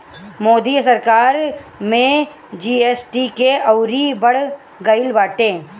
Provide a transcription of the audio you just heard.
मोदी सरकार में जी.एस.टी के अउरी बढ़ गईल बाटे